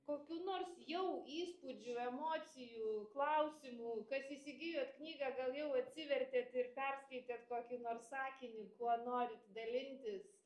kokių nors jau įspūdžių emocijų klausimų kas įsigijot knygą gal jau atsivertėt ir perskaitėt kokį nors sakinį kuo norit dalintis